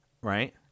right